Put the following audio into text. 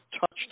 touched